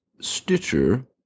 Stitcher